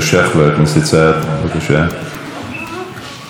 אחריו, חברת הכנסת יעל כהן-פארן.